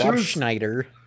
Schneider